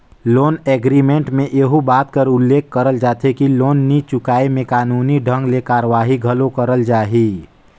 loan agreement में एहू बात कर उल्लेख करल जाथे कि लोन नी चुकाय में कानूनी ढंग ले कारवाही घलो करल जाही